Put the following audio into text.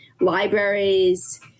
libraries